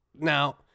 Now